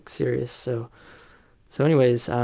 serious. so so anyways,